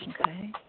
Okay